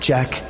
Jack